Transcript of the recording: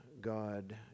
God